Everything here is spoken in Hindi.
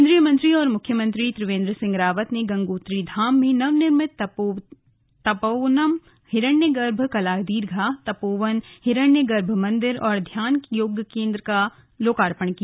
केंद्रीय मंत्री और मुख्यमंत्री त्रिवेंद्र सिंह रावत ने गंगोत्री धाम में नवनिर्मित तपोवनम हिरण्यगर्भ कला दीर्घा तपोवन हिरण्य गर्भ मंदिर और ध्यान योग केंद्र का लोकार्पण किया